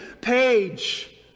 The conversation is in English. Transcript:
page